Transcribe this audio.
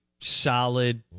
solid